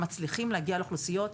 אנחנו באמת מצליחים להגיע לאוכלוסיות,